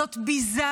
זאת ביזה